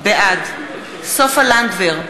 בעד סופה לנדבר,